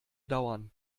dauern